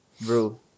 Bro